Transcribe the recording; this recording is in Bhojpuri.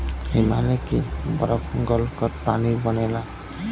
हिमालय के बरफ गल क पानी बनेला